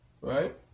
right